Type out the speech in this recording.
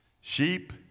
Sheep